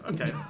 Okay